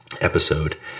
episode